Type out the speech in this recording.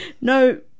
No